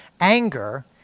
anger